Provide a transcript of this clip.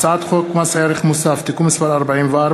הצעת חוק מס ערך מוסף (תיקון מס' 44),